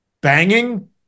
banging